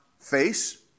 face